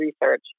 research